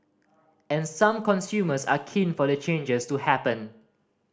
in some consumers are keen for the changes to happen